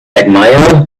admire